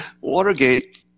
Watergate